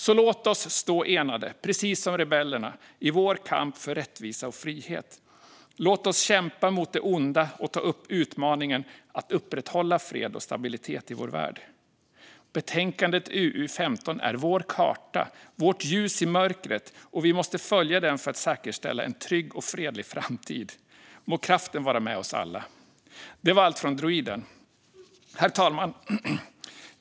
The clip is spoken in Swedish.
Så låt oss stå enade, precis som rebellerna, i vår kamp för rättvisa och frihet. Låt oss kämpa mot det onda och ta upp utmaningen att upprätthålla fred och stabilitet i vår värld. Betänkande UU15 är vår karta, vårt ljus i mörkret, och vi måste följa den för att säkerställa en trygg och fredlig framtid. Må kraften vara med oss alla." Det var allt från droiden. Herr talman!